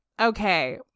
okay